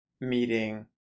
meeting